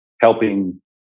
helping